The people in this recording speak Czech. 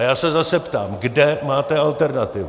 A já se zase ptám: Kde máte alternativu?